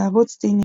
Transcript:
בערוץ TeenNick.